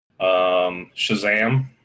Shazam